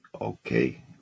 Okay